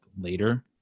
later